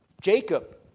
Jacob